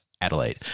Adelaide